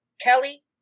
Kelly